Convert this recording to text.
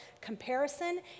comparison